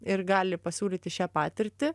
ir gali pasiūlyti šią patirtį